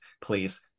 please